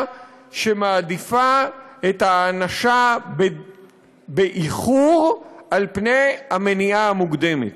שמעדיפה הענשה באיחור על מניעה מוקדמת.